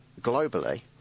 Globally